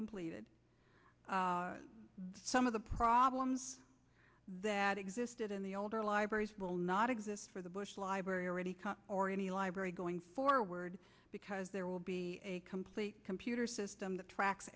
completed some of the problems that existed in the older libraries will not exist for the bush library already or any library going forward because there will be a complete computer system that tracks